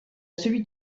celui